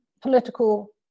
political